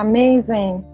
Amazing